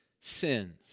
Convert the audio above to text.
sins